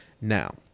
now